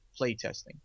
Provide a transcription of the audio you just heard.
playtesting